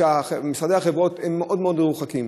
שמשרדי החברות הם מאוד מאוד מרוחקים.